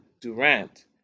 Durant